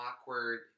awkward